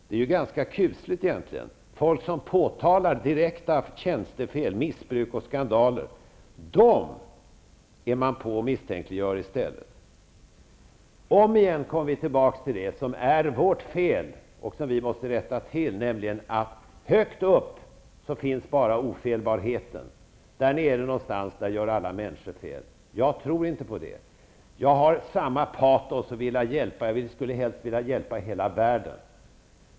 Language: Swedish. Det är ganska kusligt att man misstänkliggör folk som påtalar direkta tjänstefel, missbruk och skandaler. Omigen kommer vi tillbaka till det som är vårt fel och som vi måste rätta till: Högt upp finns bara ofelbarheten. Där nere någonstans gör alla människor fel. Jag tror inte på det. Jag har samma patos att vilja hjälpa -- jag skulle helst vilja hjälpa hela världen.